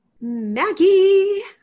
Maggie